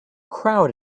crowd